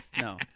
No